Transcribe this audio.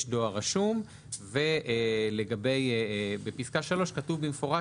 יש דואר רשום ובפסקה (3) כתוב במפורש